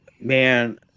Man